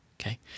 Okay